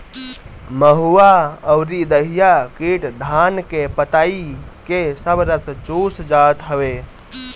महुआ अउरी दहिया कीट धान के पतइ के सब रस चूस जात हवे